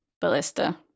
ballista